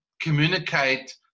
communicate